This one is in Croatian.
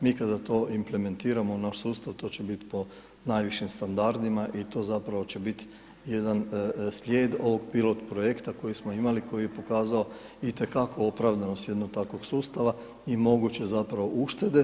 Mi kada to implementiramo u naš sustav, to će biti po najvišim standardima i to zapravo će biti jedan slijed ovog pilot-projekta koji smo imali i koji je pokazao itekakvu opravdanost jednog takvog sustava i moguće zapravo uštede.